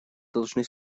должны